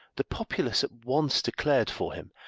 the populace at once declared for him,